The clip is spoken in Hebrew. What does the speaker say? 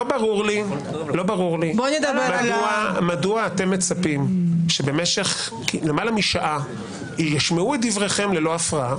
לא ברור לי מדוע אתם מצפים שבמשך למעלה משעה ישמעו את דבריכם ללא הפרעה,